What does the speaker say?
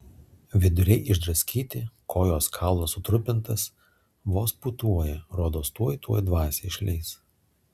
viduriai išdraskyti kojos kaulas sutrupintas vos pūtuoja rodos tuoj tuoj dvasią išleis